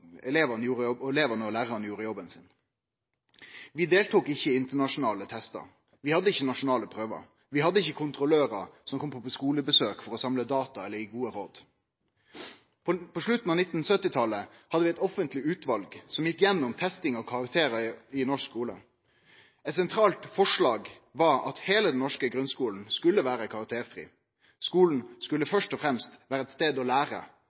lærarane gjorde jobben sin. Vi deltok ikkje i internasjonale testar, vi hadde ikkje nasjonale prøvar, vi hadde ikkje kontrollørar som kom på skulebesøk for å samle data eller gje gode råd. På slutten av 1970-talet hadde vi eit offentleg utval som gjekk gjennom testing av karakterar i norsk skule. Eit sentralt forslag var at heile den norske grunnskulen skulle vere karakterfri – skulen skulle først og fremst vere eit sted å